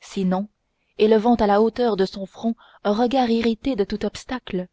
sinon élevant à la hauteur de son front un regard irrité de tout obstacle